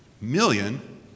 million